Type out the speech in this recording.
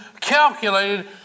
calculated